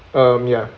um ya